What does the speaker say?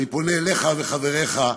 אני פונה אליך ואל חבריך,